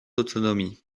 autonomie